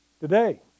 Today